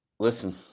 Listen